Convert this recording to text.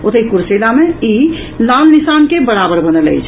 ओतहि कुर्सेला मे ई लाल निशान के बराबर बनल अछि